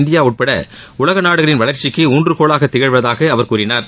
India உட்பட உலக நாடுகளின் வளர்ச்சிக்கு ஊன்றனோலாக திகழ்வதாக அவர் கறினார்